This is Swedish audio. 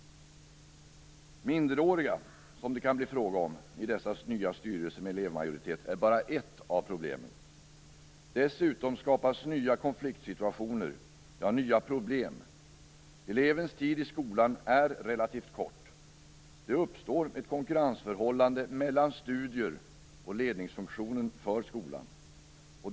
Minderåriga, som det kan bli fråga om i dessa nya styrelser med elevmajoritet, är bara ett av problemen. Dessutom skapas nya konfliktsituationer, nya problem. Elevens tid i skolan är relativt kort. Det uppstår ett konkurrensförhållande mellan studier och ledningsfunktionen för skolan.